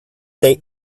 they